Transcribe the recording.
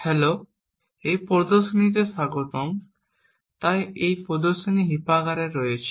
hello এই প্রদর্শনীতে স্বাগতম তাই এই প্রদর্শনী হিপাকারে রয়েছে